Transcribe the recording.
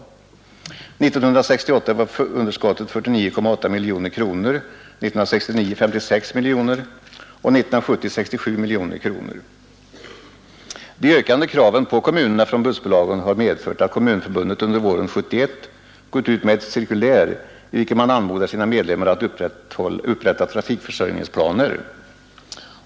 1968 var underskottet 49,8 miljoner kronor, 1969 56 miljoner kronor och 1970 67 miljoner kronor. De ökande kraven på kommunerna från bussbolagen har medfört att Kommunförbundet under våren 1971 gått ut med ett cirkulär i vilket man anmodar sina medlemmar att upprätta trafikförsörjningsplaner.